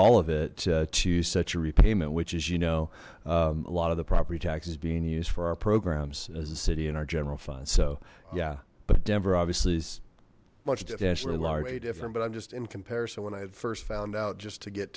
all of it to such a repayment which is you know a lot of the property taxes being used for our programs as a city and our general fund so yeah but denver obviously is definitely different but i'm just in comparison when i first found out just to get